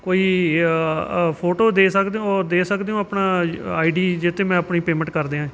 ਕੋਈ ਫੋਟੋ ਦੇ ਸਕਦੇ ਹੋ ਉਹ ਦੇ ਸਕਦੇ ਹੋ ਆਪਣਾ ਆਈ ਡੀ ਜਿਸ 'ਤੇ ਮੈਂ ਆਪਣੀ ਪੇਮੈਂਟ ਕਰ ਦਿਆਂ